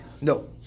No